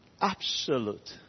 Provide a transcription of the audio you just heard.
absolute